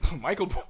Michael